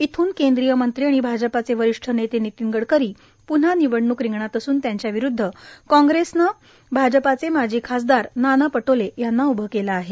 ईथून केंद्रिय मंत्री आणि भाजपाचे वरिष्ठ नेते नितीन गडकरी प्न्हा निवडणूक रिंगणात असून त्यांच्या विरूद्व कांग्रेसने भाजपाचे माजी खासदार नाना पटोले यांना उभं केलं आहे